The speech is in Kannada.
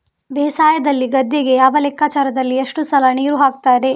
ಬೇಸಾಯದಲ್ಲಿ ಗದ್ದೆಗೆ ಯಾವ ಲೆಕ್ಕಾಚಾರದಲ್ಲಿ ಎಷ್ಟು ಸಲ ನೀರು ಹಾಕ್ತರೆ?